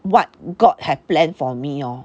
what god had planned for me orh